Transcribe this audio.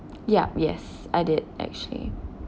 yup yes I did actually